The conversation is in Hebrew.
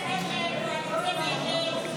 32 בעד, 51 נגד.